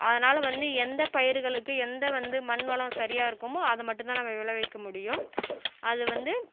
அதனால வந்து எந்த பயிர்களுக்கு எந்த வந்து மண்வளம் சரியாக இருக்குமோ அதை மட்டும் தான் நம்ம விளைவிக்க முடியும் அது வந்து